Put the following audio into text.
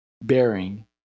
bearing